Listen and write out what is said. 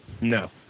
No